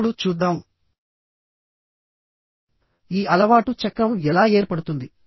ఇప్పుడు చూద్దాం ఈ అలవాటు చక్రం ఎలా ఏర్పడుతుంది